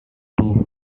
two